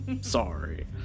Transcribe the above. Sorry